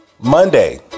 Monday